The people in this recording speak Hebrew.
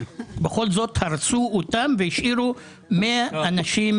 ובכל זאת הרסו אותם והשאירו 100 אנשים